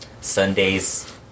Sunday's